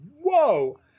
whoa